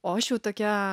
o aš jau tokia